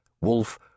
Wolf